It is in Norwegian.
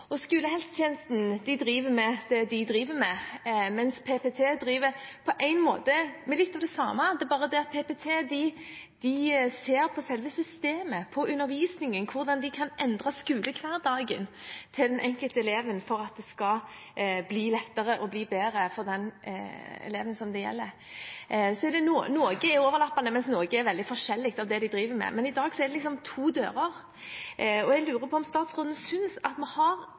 driver med det de driver med, mens PPT på en måte driver med litt av det samme. Det er bare det at PPT ser på selve systemet, på undervisningen, på hvordan de kan endre skolehverdagen til den enkelte eleven for at det skal bli lettere å bli bedre for den eleven som det gjelder. Noe er overlappende, mens noe er veldig forskjellig av det de driver med, men i dag er det liksom to dører. Jeg lurer på om statsråden synes at vi har